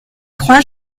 trois